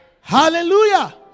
Hallelujah